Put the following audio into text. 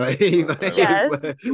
yes